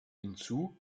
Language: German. hinzu